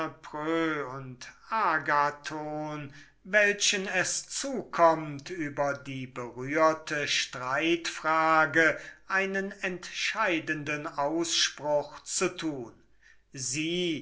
und agathons welchen es zukömmt über die berührte streitfrage einen entscheidenden ausspruch zu tun sie